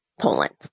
poland